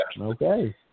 Okay